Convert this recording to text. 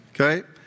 Okay